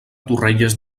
torrelles